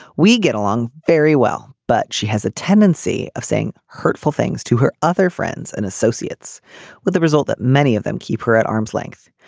we get along very well but she has a tendency of saying hurtful things to her other friends and associates with the result that many of them keep her at arm's length.